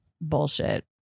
bullshit